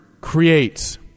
creates